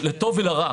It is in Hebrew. לטוב ולרע,